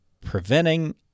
preventing